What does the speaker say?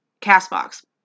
Castbox